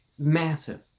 massive,